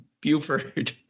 Buford